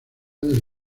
del